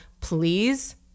Please